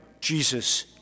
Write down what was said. Jesus